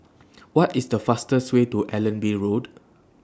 What IS The fastest Way to Allenby Road